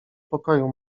pokoju